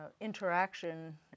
interaction